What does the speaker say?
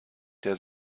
der